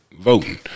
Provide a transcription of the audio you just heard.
voting